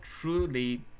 truly